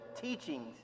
teachings